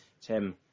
Tim